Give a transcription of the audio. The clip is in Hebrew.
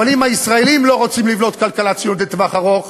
אבל אם הישראלים לא רוצים לבנות כלכלה ציונית לטווח ארוך,